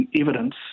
evidence